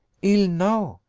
ill now?